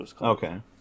Okay